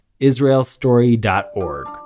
israelstory.org